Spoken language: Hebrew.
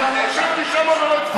ישבתי שם ולא הצבעתי.